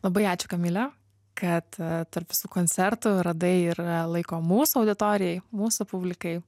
labai ačiū kamile kad tarp visų koncertų radai ir laiko mūsų auditorijai mūsų publikai